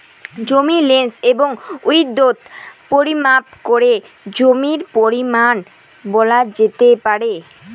জমির লেন্থ এবং উইড্থ পরিমাপ করে জমির পরিমান বলা যেতে পারে